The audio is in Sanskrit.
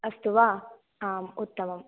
अस्तु वा आम् उत्तमम्